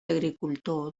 agricultor